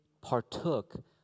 partook